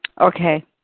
Okay